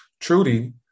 Trudy